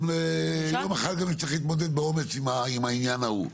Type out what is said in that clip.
ויום אחד גם נצטרך להתמודד באומץ גם עם העניין ההוא.